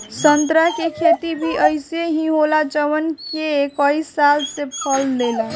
संतरा के खेती भी अइसे ही होला जवन के कई साल से फल देला